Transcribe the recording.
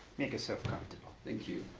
make yourself comfortable. thank you.